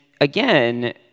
again